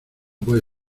puede